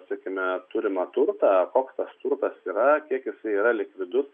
sakykime turimą turtą koks tas turtas yra kiek jisai yra likvidus